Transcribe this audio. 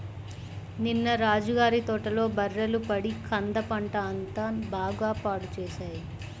నిన్న రాజా గారి తోటలో బర్రెలు పడి కంద పంట అంతా బాగా పాడు చేశాయి